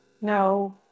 No